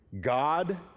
God